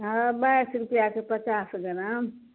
हँ बाइस रुपआ के पचास ग्राम